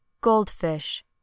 Goldfish